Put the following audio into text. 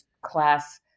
class